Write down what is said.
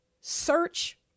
search